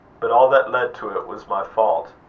but all that led to it was my fault.